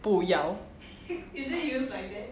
不要